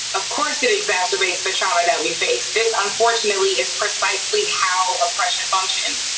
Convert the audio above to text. of course, it exacerbates the trauma that we face. this unfortunately is precisely how oppression functions.